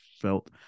felt